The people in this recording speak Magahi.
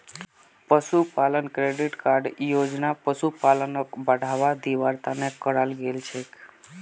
पशु किसान क्रेडिट कार्ड योजना पशुपालनक बढ़ावा दिवार तने कराल गेल छे